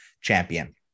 champion